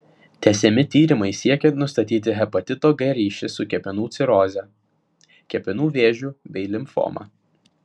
tęsiami tyrimai siekiant nustatyti hepatito g ryšį su kepenų ciroze kepenų vėžiu bei limfoma